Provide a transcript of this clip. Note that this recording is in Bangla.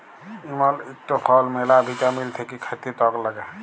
ইমল ইকটা ফল ম্যালা ভিটামিল থাক্যে খাতে টক লাগ্যে